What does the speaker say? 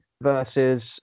versus